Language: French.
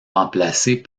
remplacés